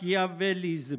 מקיאווליזם,